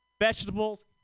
Vegetables